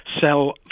sell